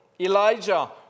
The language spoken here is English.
Elijah